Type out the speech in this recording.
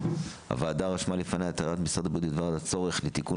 הוועדה רשמה לפניה את הערת משרד הבריאות בדבר הצורך לתיקון